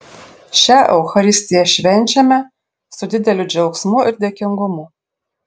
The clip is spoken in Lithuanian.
šią eucharistiją švenčiame su dideliu džiaugsmu ir dėkingumu